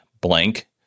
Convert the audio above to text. blank